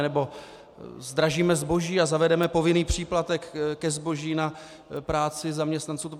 Nebo zdražíme zboží a zavedeme povinný příplatek ke zboží na práci zaměstnanců?